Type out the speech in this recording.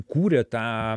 kūrė tą